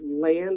land